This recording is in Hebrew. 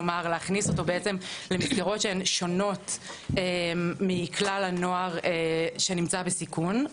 כלומר להכניס אותו בעצם למסגרות שהן שונות מכלל הנוער שנמצא בסיכון,